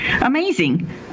Amazing